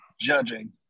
judging